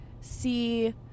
see